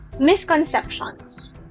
Misconceptions